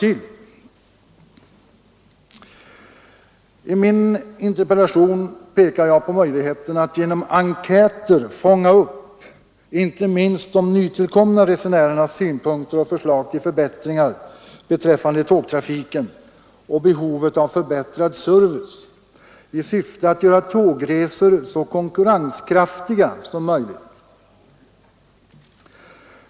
I min interpellation pekar jag på möjligheten att genom enkäter fånga upp inte minst de nytillkomna resenärernas synpunkter och förslag till förbättringar beträffande tågtrafiken och behovet av förbättrad service i syfte att göra tågresor så konkurrenskraftiga som möjligt.